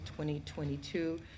2022